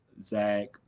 Zach